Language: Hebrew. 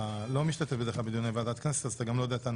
אתה לא משתתף בדרך כלל בדיוני ועדת הכנסת אז אתה לא יודע את הנהלים.